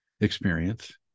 experience